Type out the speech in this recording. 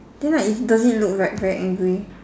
then like it does it look like very angry